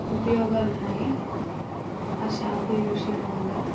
ఉపయోగాలున్నాయి ఆ shampoo use చేయడం వల్ల